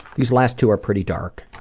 these last two are pretty dark.